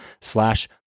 slash